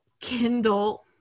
Kindle